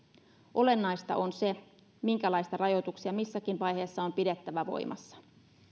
olennaista on se minkälaisia rajoituksia missäkin vaiheessa on pidettävä voimassa